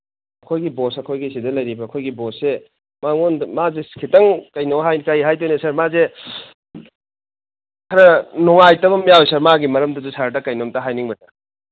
ꯑꯩꯈꯣꯏꯒꯤ ꯕꯣꯁ ꯑꯩꯈꯣꯏꯒꯤ ꯁꯤꯗ ꯂꯩꯔꯤꯕ ꯑꯩꯈꯣꯏꯒꯤ ꯕꯣꯁꯁꯦ ꯃꯉꯣꯟꯗ ꯃꯥꯁꯦ ꯈꯤꯇꯪ ꯀꯩꯅꯣ ꯀꯩ ꯍꯥꯏꯗꯣꯏꯅꯣ ꯁꯥꯔ ꯃꯥꯁꯦ ꯈꯔ ꯅꯨꯡꯉꯥꯏꯇꯕ ꯑꯃ ꯌꯥꯎꯋꯤ ꯃꯥꯒꯤ ꯃꯔꯝꯗꯨꯗ ꯁꯥꯔꯗ ꯀꯩꯅꯣꯝꯇ ꯍꯥꯏꯅꯤꯡꯕ ꯁꯥꯔ